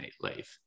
leave